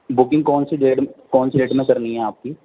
booking کون سی ڈیڈ کون سسی ڈیٹ میں کرنی ہے آپ کی